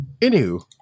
Anywho